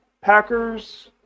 Packers